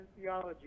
theology